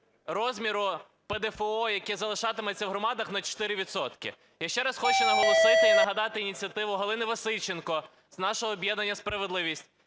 розміру ПДФО, яке залишатиметься у громадах, на 4 відсотки. Я ще раз хочу наголосити і нагадати ініціативу Галини Васильченко з нашого об'єднання "Справедливість"